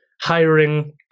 hiring